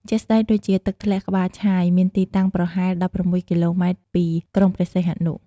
ជាក់ស្ដែងដូចជា ទឹកធ្លាក់ក្បាលឆាយ មានទីតាំងប្រហែល ១៦ គីឡូម៉ែត្រពីក្រុងព្រះសីហនុ។